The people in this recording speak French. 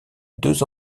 deux